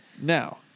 Now